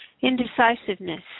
Indecisiveness